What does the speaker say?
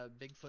Bigfoot